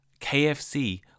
KFC